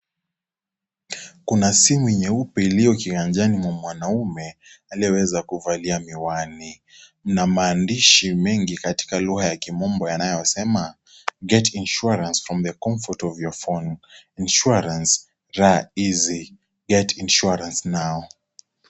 Kuna simu nyeupe iliye kiyanjani ya mwanaume aliyeweza kuvalia miwani na maandishi mingi katika lugha ya kimombo yanayosema (CS)get insurance from the comfort of your phone insurance(CS) rahizi (CS)get insurance now(CS)